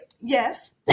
yes